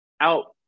out